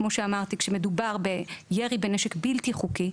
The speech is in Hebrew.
כשמדובר בנשק בלתי חוקי,